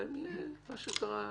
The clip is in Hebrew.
ומה שקרה,